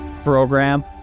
program